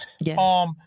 Yes